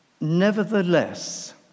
Nevertheless